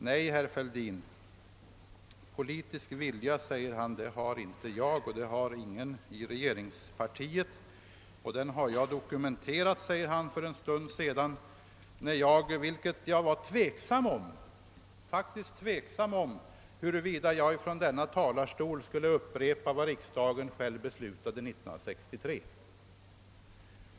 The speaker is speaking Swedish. Nej, säger herr Fälldin, varken kommunikationsministern eller någon annan medlem av regeringspartiet har en politisk vilja när det gäller väganslagen. Detta menar han att jag skulle ha dokumenterat för en stund sedan när jag, trots att jag var tveksam om huruvida jag kunde göra det från denna talarstol, upprepade vad riksdagen själv hade beslutat 1963.